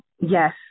Yes